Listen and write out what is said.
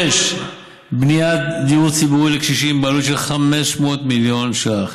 6. בניית דיור ציבורי לקשישים בעלות של 500 מיליון ש"ח,